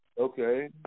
Okay